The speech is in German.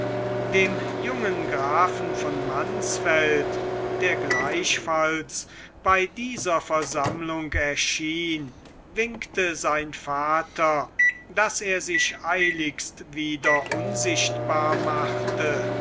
dem jungen grafen von mansfeld der gleichfalls bei dieser versammlung erschien winkte sein vater daß er sich eiligst wieder unsichtbar machte